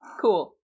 Cool